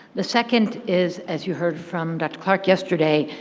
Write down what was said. the second is, as you heard from dr. clark yesterday,